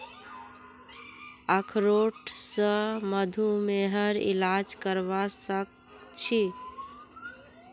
अखरोट स मधुमेहर इलाज करवा सख छी